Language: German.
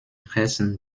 herzen